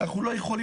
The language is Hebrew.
אנחנו לא יכולים.